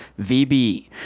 VB